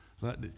Let